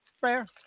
Fair